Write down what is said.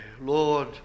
Lord